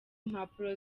impapuro